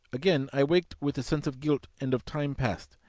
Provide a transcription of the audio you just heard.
again i waked with a sense of guilt and of time passed,